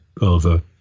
over